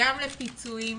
גם לפיצויים,